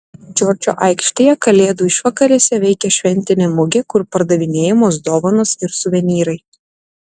džordžo aikštėje kalėdų išvakarėse veikia šventinė mugė kur pardavinėjamos dovanos ir suvenyrai